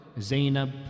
Zainab